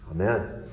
Amen